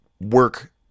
work